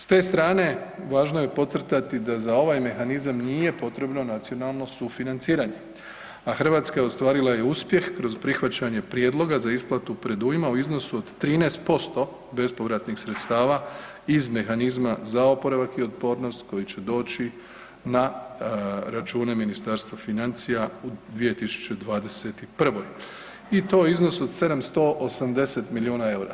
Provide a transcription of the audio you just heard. S te strane važno je podcrtati da za ovaj mehanizam nije potrebno nacionalno sufinanciranje, a Hrvatska je ostvarila i uspjeh kroz prihvaćanje prijedloga za isplatu predujma u iznosu od 13% bespovratnih sredstava iz mehanizma za oporavak i otpornost koji će doći na račune Ministarstva financija u 2021. i to u iznosu od 780 milijuna eura.